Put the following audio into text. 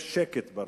יש שקט ברצועה,